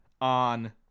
on